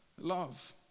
love